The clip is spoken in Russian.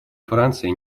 франции